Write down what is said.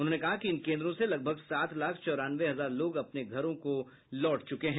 उन्होंने कहा कि इन केन्द्रों से लगभग सात लाख चौरानवे हजार लोग अपने घरों को लौट चुके हैं